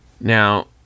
Now